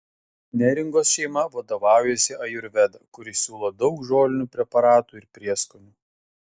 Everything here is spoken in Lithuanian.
neringos šeima vadovaujasi ajurveda kuri siūlo daug žolinių preparatų ir prieskonių